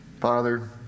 Father